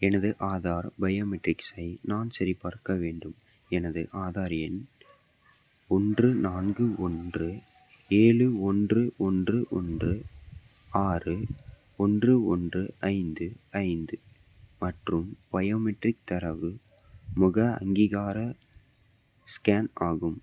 எனது ஆதார் பயோமெட்ரிக்ஸை நான் சரிபார்க்க வேண்டும் எனது ஆதார் எண் ஒன்று நான்கு ஒன்று ஏழு ஒன்று ஒன்று ஒன்று ஆறு ஒன்று ஒன்று ஐந்து ஐந்து மற்றும் பயோமெட்ரிக் தரவு முக அங்கீகார ஸ்கேன் ஆகும்